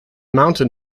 mountain